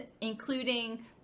including